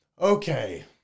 Okay